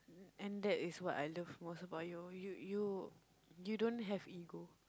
and that is what I love most about you you you you don't have ego